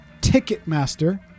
Ticketmaster